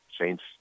Saints